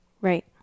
Right